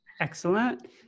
Excellent